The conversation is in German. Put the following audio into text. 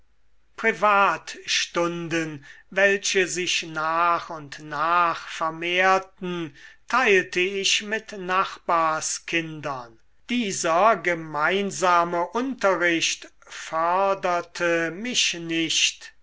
privatstunden welche sich nach und nach vermehrten teilte ich mit nachbarskindern dieser gemeinsame unterricht förderte mich nicht